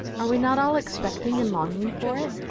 are we not all expecting and longing for it?